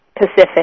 pacific